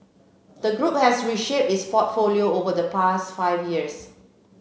the group has reshaped its portfolio over the past five years